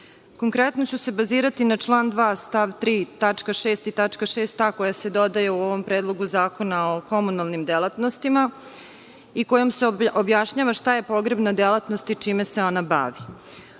Srbije. Konkretno ću se bazirati na član 2. stav 3. tačka 6) i tačka 6a) koja se dodaje u ovom predlogu zakona o komunalnim delatnostima i kojom se objašnjava šta je pogrebna delatnost i čime se ona bavi.